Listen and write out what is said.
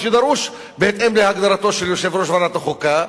מה שדרוש בהתאם להגדרתו של יושב-ראש ועדת החוקה,